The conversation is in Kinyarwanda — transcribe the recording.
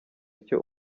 icyo